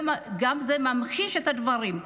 גם זה ממחיש את הדברים.